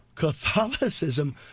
Catholicism